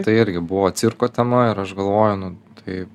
tai irgi buvo cirko tema ir aš galvoju nu tai